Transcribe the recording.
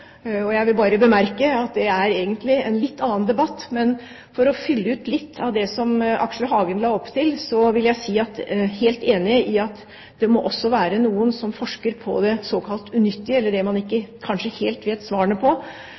Jeg vil bare bemerke at det er egentlig en litt annen debatt. Men for å fylle ut litt det som Aksel Hagen la opp til, vil jeg si at jeg er helt enig i at det også må være noen som forsker på det såkalt unyttige – det man kanskje ikke helt vet svarene på